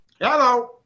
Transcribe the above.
hello